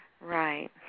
Right